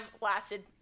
lasted